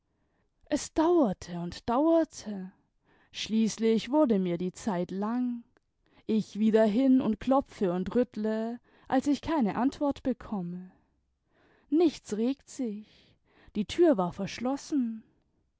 es dauerte und dauerte schließlich wurde mir die zeit lang ich wieder hin und klopfe und rüttle als ich keine antwort bekonune nichts regt sich die tür war verschlossen